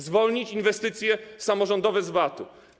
Zwolnić inwestycje samorządowe z VAT-u.